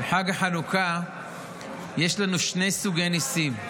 בחג החנוכה יש לנו שני סוגי ניסים,